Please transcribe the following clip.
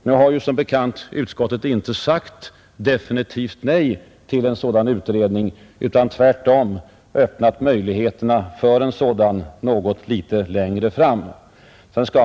Nu har som bekant utskottet inte sagt definitivt nej till en sådan utredning utan tvärtom öppnat möjligheter för en sådan något litet längre fram.